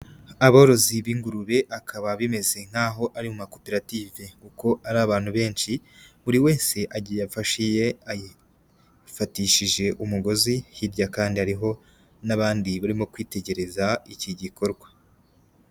Aborozi b'ingurube, akaba bimeze nk'aho ari mu makoperative kuko ari abantu benshi, buri wese agiye afashe iye, ayifatishije umugozi, hirya kandi hariho n'abandi barimo kwitegereza iki gikorwa.